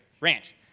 Ranch